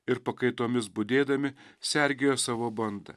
ir pakaitomis budėdami sergėjo savo bandą